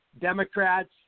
Democrats